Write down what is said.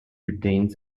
retains